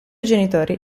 genitori